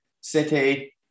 City